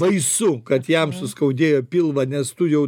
baisu kad jam suskaudėjo pilvą nes tu jau